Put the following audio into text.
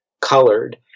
colored